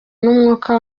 n’umwuka